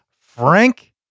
Frank